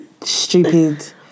stupid